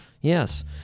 Yes